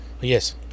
Yes